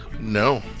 No